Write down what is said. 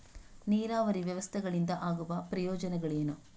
ನೀರಾವರಿ ವ್ಯವಸ್ಥೆಗಳಿಂದ ಆಗುವ ಪ್ರಯೋಜನಗಳೇನು?